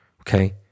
okay